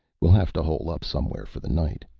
we'll have to hole up somewhere for the night,